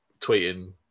tweeting